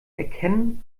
erkennen